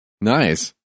Nice